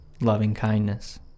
loving-kindness